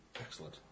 excellent